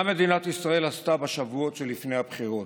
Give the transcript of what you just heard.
מה מדינת ישראל עשתה בשבועות שלפני הבחירות?